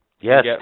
Yes